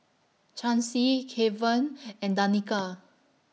Chancy Keven and Danica